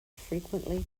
frequently